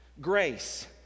Grace